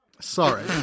Sorry